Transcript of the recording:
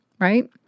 right